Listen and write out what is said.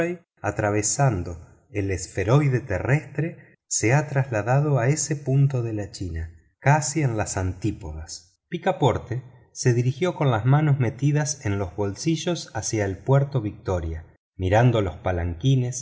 atravesando la esfera terrestre se ha trasladado a ese punto de la china casi en las antípodas picaporte se dirigió con las manos metidas en los bolsillos hacia el puerto victoria mirando los palanquines